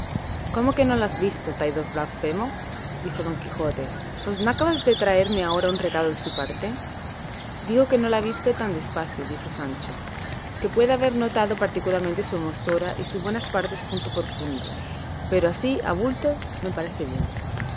cómo que no la has visto traidor blasfemo dijo don quijote pues no acabas de traerme ahora un recado de su parte digo que no la he visto tan despacio dijo sancho que pueda haber notado particularmente su hermosura y sus buenas partes punto por punto pero así a bulto me parece bien